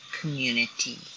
community